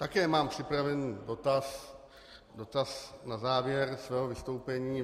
Také mám připravený dotaz na závěr svého vystoupení.